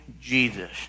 jesus